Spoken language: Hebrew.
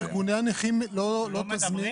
את ארגוני הנכים לא תזמין?